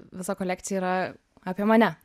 visa kolekcija yra apie mane